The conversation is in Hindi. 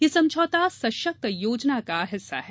यह समझौता सशक्त योजना का हिस्सा है